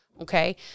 Okay